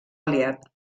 aliat